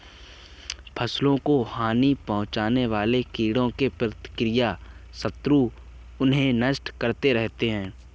फसलों को हानि पहुँचाने वाले कीटों के प्राकृतिक शत्रु उन्हें नष्ट करते रहते हैं